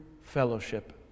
fellowship